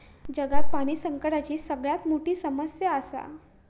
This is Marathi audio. जगात पाणी संकटाची सगळ्यात मोठी समस्या आसा